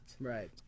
Right